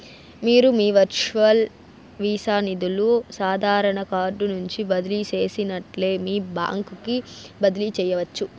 మీరు మీ virtual Visa నిదులు సాదారన కార్డు నుంచి బదిలీ చేసినట్లే మీ బాంక్ కి బదిలీ చేయచ్చు